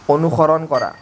অনুসৰণ কৰা